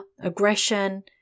aggression